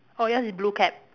orh yours is blue cap